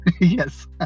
yes